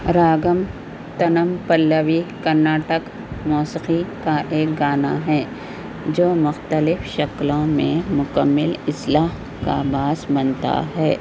راگم تنم پلوی کرناٹک موسیقی کا ایک گانا ہے جو مختلف شکلوں میں مُکمّل اصلاح کا باعث بنتا ہے